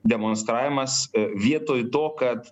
demonstravimas vietoj to kad